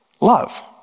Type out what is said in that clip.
love